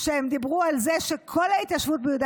שהם דיברו על זה שכל ההתיישבות ביהודה